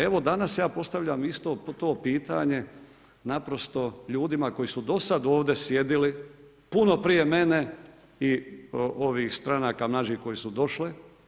Evo danas ja postavljam isto to pitanje, naprosto ljudima koji su dosada ovdje sjedili, puno prije mene i ovih stranaka mlađih koji su došli.